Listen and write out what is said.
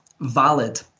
valid